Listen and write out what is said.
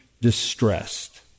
distressed